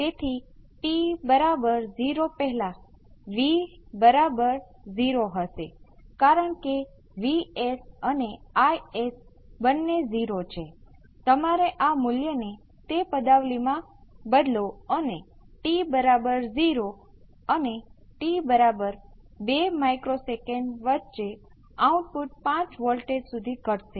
તેથી જો હું તેનો ઉપયોગ અહીં વાક્યને પૂર્ણ કરવા માટે કરું છું તો મને V c ઓફ t બરાબર શું મળશે મારી પાસે અહિયાં V p 1 SCR છે અને V p 1 SCR તેનો 1 સાથે ગુણાકાર કરે છે